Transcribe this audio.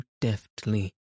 deftly